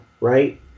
Right